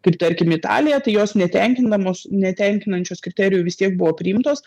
kaip tarkim italija tai jos netenkinamos netenkinančios kriterijų vis tiek buvo priimtos